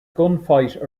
gunfight